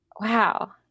wow